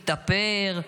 התאפר,